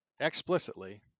explicitly